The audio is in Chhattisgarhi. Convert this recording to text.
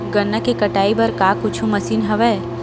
गन्ना के कटाई बर का कुछु मशीन हवय?